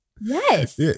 Yes